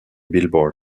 billboard